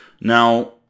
Now